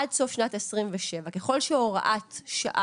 עד סוף שנת 2027. ככל שהוראת שעה,